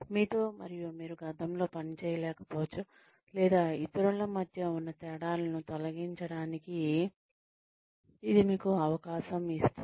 మీతో మరియు మీరు గతంలో పనిచేయలేకపోవచ్చు లేదా ఇతరుల మధ్య ఉన్న తేడాలను తొలగించడానికి ఇది మీకు అవకాశం ఇస్తుంది